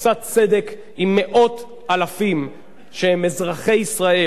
עושה צדק עם מאות אלפים שהם אזרחי ישראל.